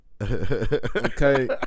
Okay